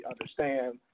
understand